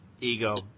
ego